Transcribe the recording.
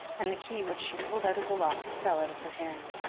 and the key, which she pulled out of the lock, fell out of her hand.